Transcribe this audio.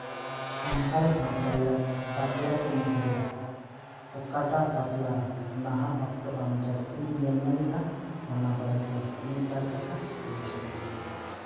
ᱥᱟᱱᱛᱟᱞ ᱥᱟᱶᱛᱟ ᱨᱮᱱᱟᱜ ᱵᱟᱯᱞᱟ ᱠᱚ ᱢᱩᱫᱽᱨᱮ ᱚᱠᱟᱴᱟᱜ ᱵᱟᱯᱞᱟ ᱱᱟᱦᱟᱜ ᱚᱠᱛᱚ ᱟᱢ ᱡᱟᱹᱥᱛᱤᱢ ᱧᱮᱞᱧᱟᱢ ᱮᱫᱟ ᱚᱱᱟ ᱵᱟᱨᱮᱛᱮ ᱟᱢ ᱢᱤᱫᱽᱵᱟᱨ ᱠᱟᱛᱷᱟ ᱞᱟᱹᱭ ᱥᱚᱫᱚᱨ ᱢᱮ